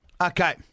Okay